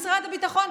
משרד הביטחון,